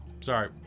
Sorry